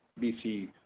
BC